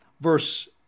verse